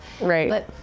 Right